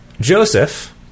Joseph